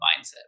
mindset